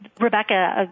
Rebecca